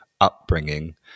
Upbringing